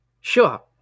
Sure